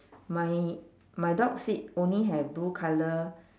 my my dog's seat only have blue colour